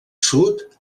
sud